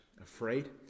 afraid